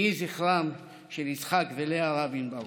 יהי זכרם של יצחק ולאה רבין ברוך.